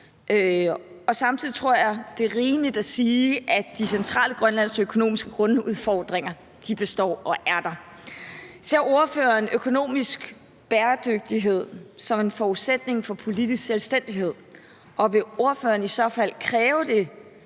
og samtidig tror jeg, det er rimeligt at sige, at de centrale grønlandske økonomiske grundudfordringer er der og består. Ser ordføreren økonomisk bæredygtighed som en forudsætning for politisk selvstændighed? Og vil ordføreren i så fald kræve det,